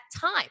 time